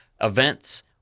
events